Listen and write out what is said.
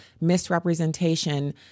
misrepresentation